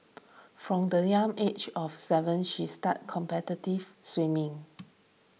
from the young age of seven she started competitive swimming